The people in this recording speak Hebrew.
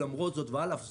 למרות זאת ועל אף זאת,